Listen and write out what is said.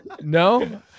no